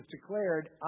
declared